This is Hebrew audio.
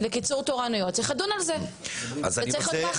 אבל אנחנו כאן בדיון --- עוד פעם,